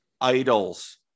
idols